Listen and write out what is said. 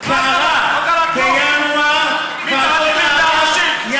וזאת כתמריץ ליציאת נשים גרושות לשוק העבודה.